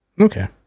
Okay